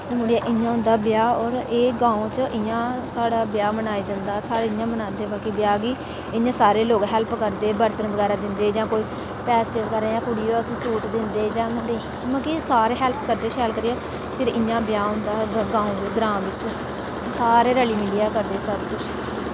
इयां होंदा ब्याह औऱ एह् गांव च इयां साढ़ा ब्याह मनाया जंदा साढ़े इयां मनांदे मतलब कि ब्याह गी इयां सारे लोक हैल्प करदे बर्तन बगैरा दिंदे जा कोई पैसे दा आरेंजमेंट कोई कुड़ी होऐ ते उसी सूट दिंदे जां क्योंकि सारे हेल्प करदे शैल करियै फिर इयां ब्याह होंदा ग्रां बिच सारे रसी मिलियै करदे सब कुछ